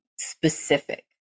specific